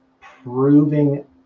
Proving